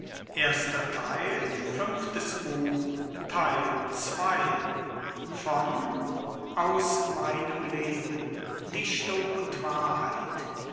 leben dichtung und wahrheit